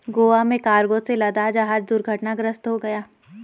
गोवा में कार्गो से लदा जहाज दुर्घटनाग्रस्त हो गया